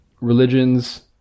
religions